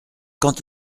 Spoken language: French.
quand